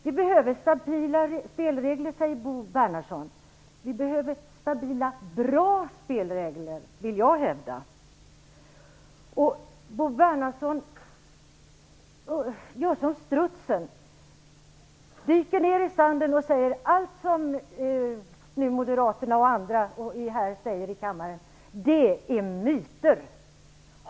Vi behöver stabila spelregler, säger Bo Bernhardsson. Vi behöver stabila bra spelregler, vill jag hävda. Bo Bernhardsson gör som strutsen, dyker ned i sanden och säger att allt som moderaterna och andra säger här i kammaren är myter.